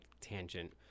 tangent